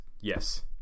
yes